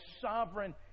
sovereign